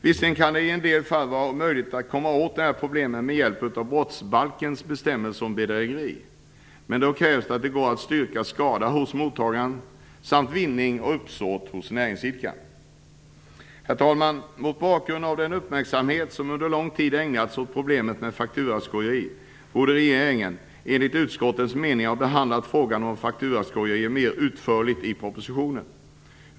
Visserligen kan det i en del fall vara möjligt att komma åt de här problemen med hjälp av brottsbalkens bestämmelser om bedrägeri, men då krävs att det går att styrka skada hos mottagaren samt vinning och uppsåt hos näringsidkaren. Herr talman! Mot bakgrund av den uppmärksamhet som under lång tid ägnats åt problemet med fakturaskojeri borde regeringen enligt utskottets mening ha behandlat frågan mer utförligt i propositionen.